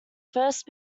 first